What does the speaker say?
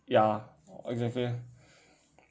ya exactly